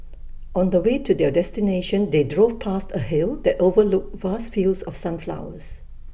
on the way to their destination they drove past A hill that overlooked vast fields of sunflowers